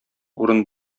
урын